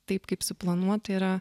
taip kaip suplanuota yra